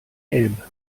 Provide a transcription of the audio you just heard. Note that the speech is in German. elbe